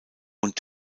und